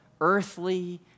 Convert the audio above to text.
earthly